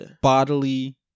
bodily